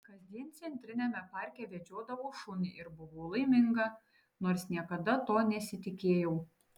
kasdien centriniame parke vedžiodavau šunį ir buvau laiminga nors niekada to nesitikėjau